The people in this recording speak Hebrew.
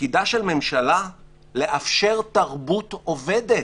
תפקידה של ממשלה לאפשר תרבות עובדת.